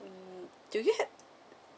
mm do you have